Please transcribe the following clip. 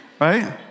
right